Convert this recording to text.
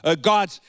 God